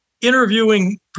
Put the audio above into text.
interviewing